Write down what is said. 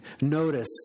Notice